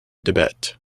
tibet